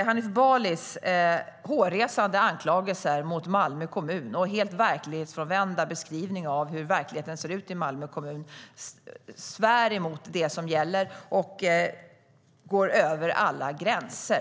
Hanif Balis hårresande anklagelser mot Malmö kommun och helt verklighetsfrånvända beskrivning av hur verkligheten ser ut i Malmö kommun svär mot det som gäller och går faktiskt över alla gränser.